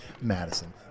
Madison